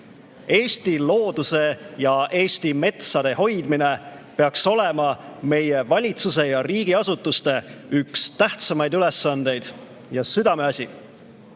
Eesti looduse ja Eesti metsade hoidmine peaks olema meie valitsuse ja riigiasutuste üks tähtsamaid ülesandeid ja südameasi.